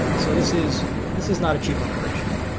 so this is this is not a cheap operation.